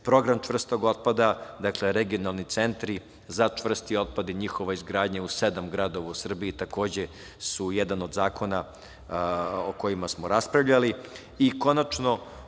program čvrstog otpada, dakle, regionalni centri za čvrsti otpad i njihova izgradnja u sedam gradova u Srbiji, takođe su jedan od zakona o kojima smo raspravljali. Konačno,